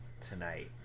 tonight